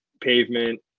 pavement